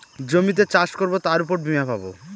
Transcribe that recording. জমিতে চাষ করবো তার উপর বীমা পাবো